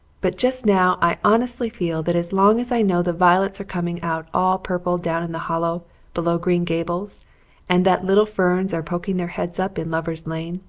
but just now i honestly feel that as long as i know the violets are coming out all purple down in the hollow below green gables and that little ferns are poking their heads up in lovers' lane,